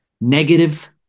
negative